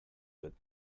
with